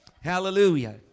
Hallelujah